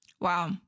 Wow